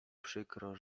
przykro